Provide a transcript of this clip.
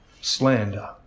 slander